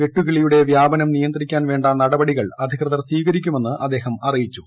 വെട്ടുക്കിളിയുടെ വ്യാപനം നിയന്ത്രിക്കാൻ വേണ്ട നടപടികൾ അധികൃതർ സ്വീകരിക്കുമെന്ന് അദ്ദേഹം അറിയിച്ചു